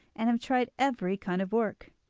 and have tried every kind of work,